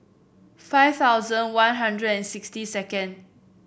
five thousand One Hundred and sixty second